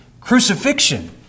crucifixion